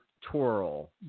twirl